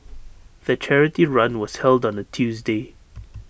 the charity run was held on A Tuesday